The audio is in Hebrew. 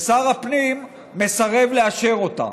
ושר הפנים מסרב לאשר אותה.